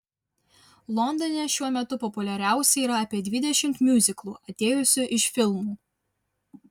londone šiuo metu populiariausi yra apie dvidešimt miuziklų atėjusių iš filmų